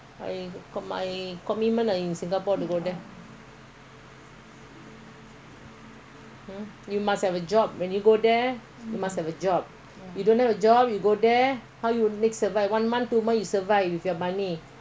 you must have a job when you go there you must have a job you don't have a job you go there how you survive one month two month you survive with your money after months go if you don't have money how